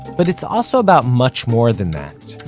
but it's also about much more than that.